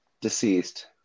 deceased